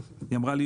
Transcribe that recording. והיא אמרה לי,